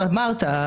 כמו שאמרת,